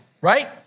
right